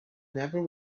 never